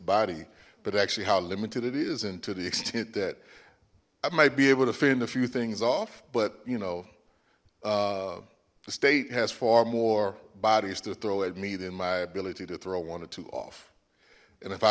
body but actually how limited it is and to the extent that i might be able to fit in a few things off but you know the state has far more bodies to throw at me than my ability to throw one or two off and if i